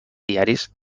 diaris